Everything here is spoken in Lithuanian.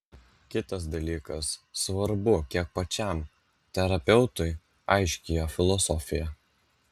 kitas dalykas svarbu kiek pačiam terapeutui aiški jo filosofija